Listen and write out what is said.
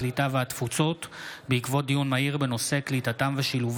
הקליטה והתפוצות בעקבות דיון מהיר בהצעתה של חברת הכנסת